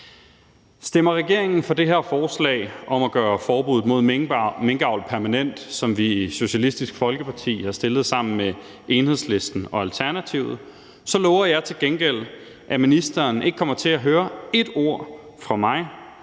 Stemmer regeringen for det her forslag om at gøre forbuddet mod minkavl permanent, som vi i Socialistisk Folkeparti har fremsat sammen med Enhedslisten og Alternativet, så lover jeg til gengæld, at ministeren ikke kommer til at høre ét ord fra mig